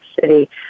City